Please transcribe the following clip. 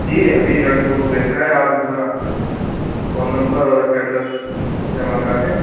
جی ابھی لڑکوں کو بھیجتا ہوں آپ اپنا فون نمبر اور ایڈریس جمع کرا دیں